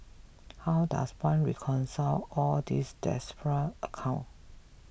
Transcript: how does one reconcile all these disparate account